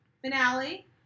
finale